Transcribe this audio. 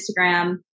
Instagram